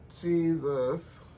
Jesus